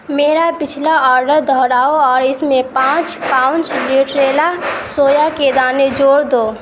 میرا پچھلا آرڈر دوہراؤ اور اس میں پانچ پاؤنیچ نیوٹریلا سویا کے دانے جوڑ دو